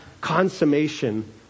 consummation